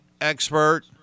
expert